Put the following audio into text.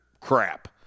crap